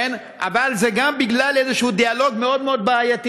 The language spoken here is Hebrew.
אבל זה גם בגלל איזה דיאלוג מאוד בעייתי